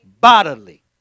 bodily